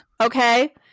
Okay